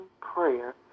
prayer